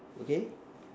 okay